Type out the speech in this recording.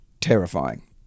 terrifying